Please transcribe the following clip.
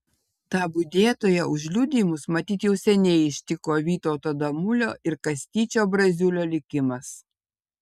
tą budėtoją už liudijimus matyt jau seniai ištiko vytauto damulio ir kastyčio braziulio likimas